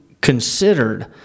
considered